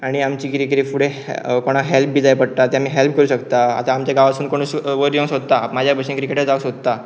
आनी आमचें कितें कितेें फुडें कोणाक हेल्प बी जाय पडटा ते आमी हेल्प करू शकता आतां आमच्या गांवासून कोण वयर येवं सोदता म्हाज्या भशेन क्रिकेटर जावंक सोदता